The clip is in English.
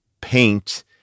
paint